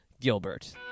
Gilbert